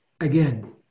Again